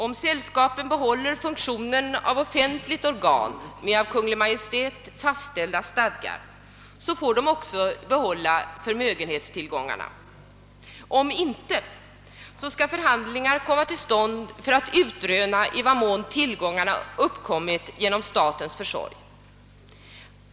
Om sällskapen behåller funktionen som offentliga organ med av Kungl. Maj:t fastställda stadgar får de behålla förmögenhetstillgångarna; i annat fall skall förhandlingar komma till stånd för att utröna i vad mån tillgångarna uppkommit genom statens försorg.